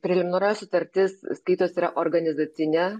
preliminarioji sutartis skaitos yra organizacinė